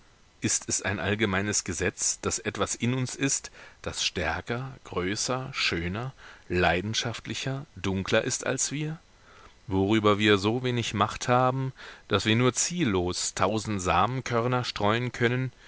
ist es ein allgemeines gesetz daß etwas in uns ist das stärker größer schöner leidenschaftlicher dunkler ist als wir worüber wir so wenig macht haben daß wir nur ziellos tausend samenkörner streuen können